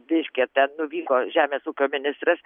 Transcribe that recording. reiškia ten nuvyko žemės ūkio ministras